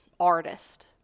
artist